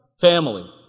Family